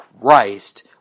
christ